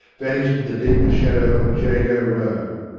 vanished in the deeper shadow of jago row.